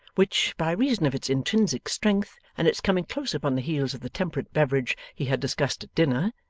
which, by reason of its intrinsic strength and its coming close upon the heels of the temperate beverage he had discussed at dinner,